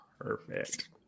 Perfect